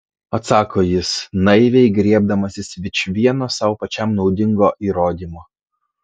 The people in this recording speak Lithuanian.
atsako jis naiviai griebdamasis vičvieno sau pačiam naudingo įrodymo